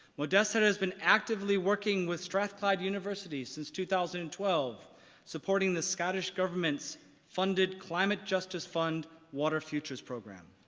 modesta has been actively working with strathclyde university since two thousand and twelve supporting the scottish government's funded climate justice fund, water futures program.